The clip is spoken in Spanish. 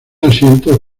asientos